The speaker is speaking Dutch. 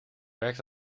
werkt